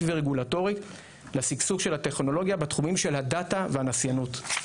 ורגולטורית לשגשוג הטכנולוגיה בתחומים של הדאטה והנסייניות.